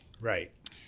Right